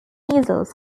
measles